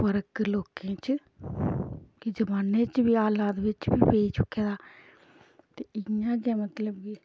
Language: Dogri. फर्क लोकें च कि जमान्ने च बी हालात बिच्च बी पेई चुके दा ते इ'यां गै मतलब कि